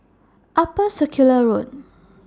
Upper Circular Road